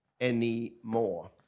anymore